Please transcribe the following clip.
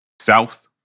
south